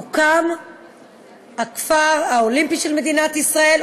הוקם הכפר האולימפי של מדינת ישראל,